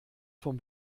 vom